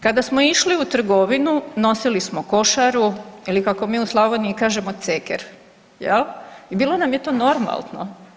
Kada smo išli u trgovinu, nosili smo košaru ili kako mi u Slavoniji kažemo ceker, je li, i bilo nam je to normalno.